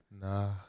Nah